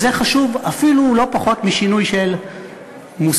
וזה חשוב אפילו לא פחות משינוי של מושגים.